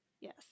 Yes